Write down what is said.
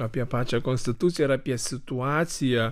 apie pačią konstituciją ir apie situaciją